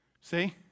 See